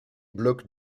bloque